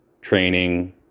training